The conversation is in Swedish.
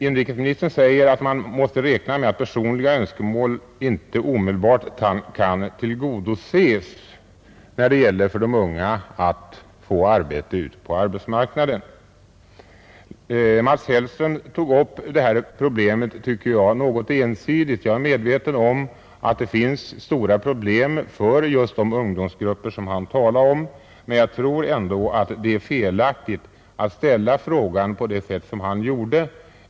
Inrikesministern säger att man måste räkna med att personliga önskemål inte omedeibart kan tillgodoses när det gäller för de unga att få arbete ute på arbetsmarknaden. Mats Hellström tog upp det här problemet något ensidigt, tycker jag. Jag är medveten om att det finns stora problem för just de ungdomar som han talade om, men jag tror ändå det är felaktigt att ställa frågan på det sätt som han gjorde.